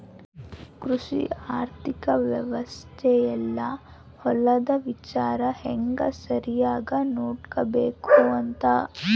ಕೃಷಿ ಆರ್ಥಿಕ ವ್ಯವಸ್ತೆ ಯೆಲ್ಲ ಹೊಲದ ವಿಚಾರ ಹೆಂಗ ಸರಿಗ ನೋಡ್ಕೊಬೇಕ್ ಅಂತ